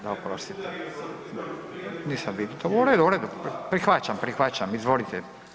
Da, oprostite, nisam vidio, u redu, u redu, prihvaćam, prihvaćam, izvolite.